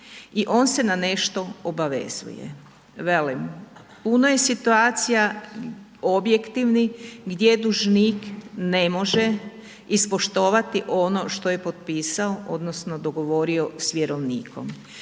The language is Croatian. i on se na nešto obavezuje. Velim, puno je situacija objektivnih gdje dužnik ne može ispoštovati ono što je potpisao odnosno dogovorio s vjerovnikom.